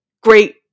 great